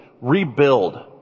rebuild